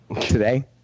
today